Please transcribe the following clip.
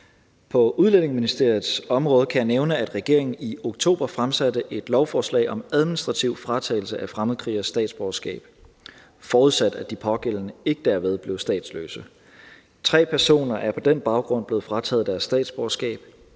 På Udlændingeministeriets område kan jeg nævne, at regeringen i oktober fremsatte et lovforslag om administrativ fratagelse af fremmedkrigeres statsborgerskab, forudsat at de pågældende ikke derved blev statsløse. Tre personer er på den baggrund blevet frataget deres statsborgerskab.